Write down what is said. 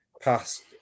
past